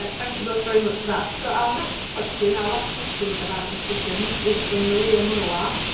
thank you both very much for that. so our next question, our last question about discussions is from maria munawwar.